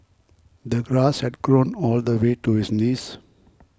the grass had grown all the way to his knees